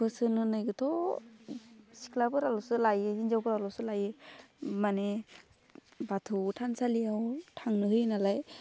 बोसोन होनायखौथ' सिख्लाफोराल'सो लायो हिनजावफोराल'सो लायो मानि बाथौ थानसालियाव थांनो होयो नालाय